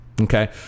Okay